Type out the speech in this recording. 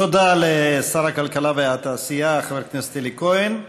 תודה לשר הכלכלה והתעשייה חבר הכנסת אלי כהן.